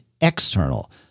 external